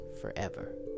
forever